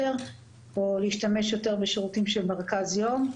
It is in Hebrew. או להשתמש יותר בשירותים של מרכז יום,